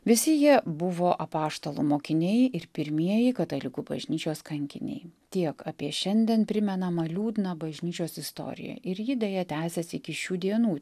visi jie buvo apaštalų mokiniai ir pirmieji katalikų bažnyčios kankiniai tiek apie šiandien primenamą liūdną bažnyčios istoriją ir ji deja tęsias iki šių dienų